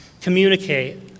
communicate